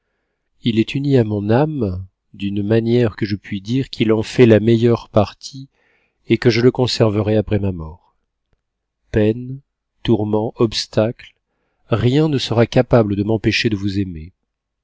il est uni à mon âme d'une manière que je puis dire qu'il en fait la meilleure partie et que je le conserverai après ma mort peines tourments obstacles rien ne sera capable de m'empêcher de vous aimer